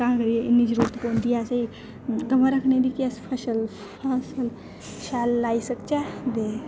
तां करियै इन्नी जरूरत पौंदी असेंगी गवां रक्खनी होंदी कि अस फसल शैल लाई सकचै ते